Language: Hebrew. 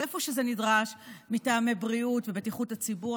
אז איפה שזה נדרש מטעמי בריאות או בטיחות הציבור,